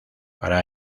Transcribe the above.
para